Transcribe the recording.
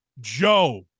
Joe